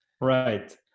Right